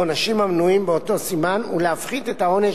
לעונשים המנויים באותו סימן ולהפחית את העונש